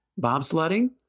bobsledding